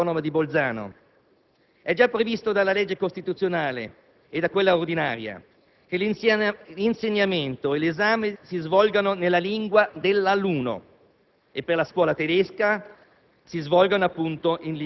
Ribadiamo anche la specialità dell'esame di Stato nella Provincia autonomia di Bolzano; è già previsto dalla legge costituzionale e da quella ordinaria che l'insegnamento e l'esame si svolgano nella lingua dell'alunno